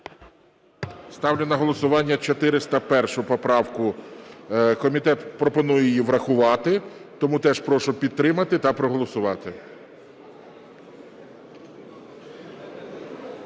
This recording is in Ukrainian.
Ставлю на голосування 401 поправку. Комітет пропонує її врахувати. Тому теж прошу підтримати та проголосувати.